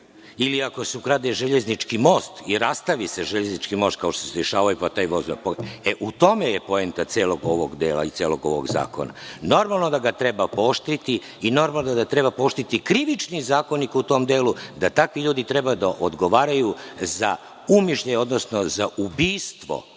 ili, ako se ukrade železnički most i rastavi se, kao što se dešavalo, u tome je poenta celog ovog dela i celog ovog zakona. Normalno je da ga treba pooštriti i normalno je da treba pooštriti Krivični zakonik u tom delu, da takvi ljudi treba da odgovaraju za umišljaj, odnosno za ubistvo,